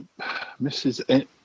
Mrs